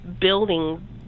building